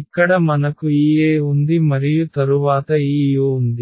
ఇక్కడ మనకు ఈ A ఉంది మరియు తరువాత ఈ u ఉంది